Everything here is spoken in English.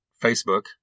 Facebook